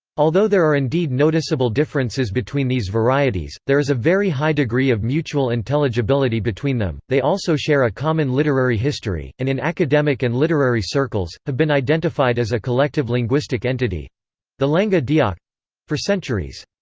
although there are indeed noticeable differences between these varieties, there is a very high degree of mutual intelligibility between them they also share a common literary history, and in academic and literary circles, have been identified as a collective linguistic entity the lenga d'oc for centuries.